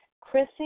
Chrissy